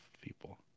people